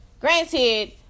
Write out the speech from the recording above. Granted